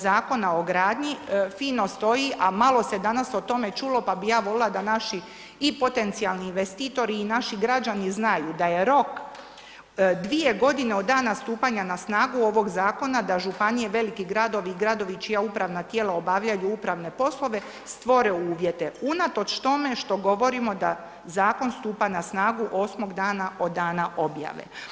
Zakona o gradnji fino stoji, a malo se danas o tome čulo, pa bih ja voljela da naši i potencijalni investitori i naši građani znaju da je rok 2 godine od dana stupanja na snagu ovog zakona, da županije, veliki gradovi i gradovi čija upravna tijela obavljaju upravne poslove stvore uvjete, unatoč tome što govorimo da zakon stupa na snagu 8. dana od dana objave.